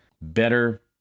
better